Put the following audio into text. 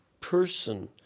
person